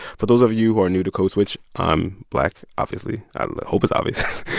but those of you who are new to code switch, i'm black, obviously i hope it's obvious.